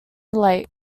lake